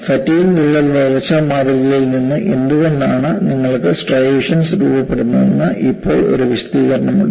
fatigue വിള്ളൽ വളർച്ചാ മാതൃകയിൽ നിന്ന് എന്തുകൊണ്ടാണ് നിങ്ങൾക്ക് സ്ട്രൈയേഷൻസ് രൂപപ്പെടുന്നതെന്ന് ഇപ്പോൾ ഒരു വിശദീകരണമുണ്ട്